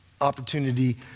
opportunity